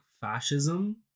fascism